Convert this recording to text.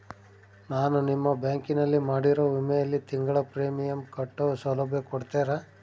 ನಾನು ನಿಮ್ಮ ಬ್ಯಾಂಕಿನಲ್ಲಿ ಮಾಡಿರೋ ವಿಮೆಯಲ್ಲಿ ತಿಂಗಳ ಪ್ರೇಮಿಯಂ ಕಟ್ಟೋ ಸೌಲಭ್ಯ ಕೊಡ್ತೇರಾ?